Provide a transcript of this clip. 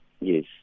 Yes